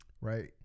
Right